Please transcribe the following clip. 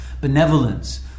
benevolence